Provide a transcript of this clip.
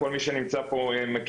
כל מי שנמצא פה מכיר,